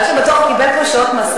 מה שבטוח הוא שהוא קיבל פה שעות מסך.